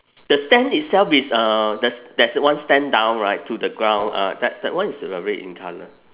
the stand itself is uh there's there's one stand down right to the ground uh that that one is uh red in colour